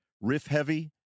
Riff-heavy